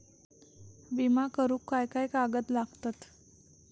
विमा करुक काय काय कागद लागतत?